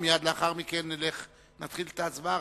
ומייד לאחר מכן נתחיל את ההצבעה.